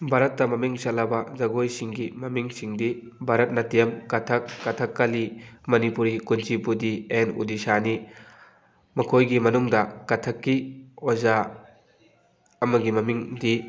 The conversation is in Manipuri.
ꯚꯥꯔꯠꯇ ꯃꯃꯤꯡ ꯆꯠꯂꯕ ꯖꯒꯣꯏꯁꯤꯡꯒꯤ ꯃꯃꯤꯡꯁꯤꯡꯗꯤ ꯚꯥꯔꯠ ꯅꯥꯇ꯭ꯌꯝ ꯀꯊꯛ ꯀꯊꯛꯀꯂꯤ ꯃꯅꯤꯄꯨꯔꯤ ꯀꯨꯟꯆꯤꯄꯨꯗꯤ ꯑꯦꯟ ꯎꯗꯤꯁꯥꯅꯤ ꯃꯈꯣꯏꯒꯤ ꯃꯅꯨꯡꯗ ꯀꯊꯛꯀꯤ ꯑꯣꯖꯥ ꯑꯃꯒꯤ ꯃꯃꯤꯡꯗꯤ